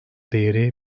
değeri